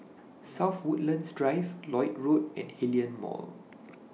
South Woodlands Drive Lloyd Road and Hillion Mall